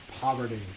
poverty